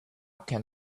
can